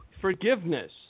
forgiveness